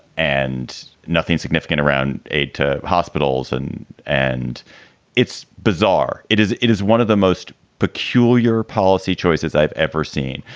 and nothing significant around aid to hospitals. and and it's bizarre. it is. it is one of the most peculiar policy choices i've ever seen.